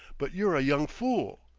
but you're a young fool.